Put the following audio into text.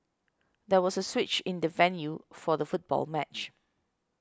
there was a switch in the venue for the football match